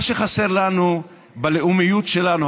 מה שחסר לנו בלאומיות שלנו,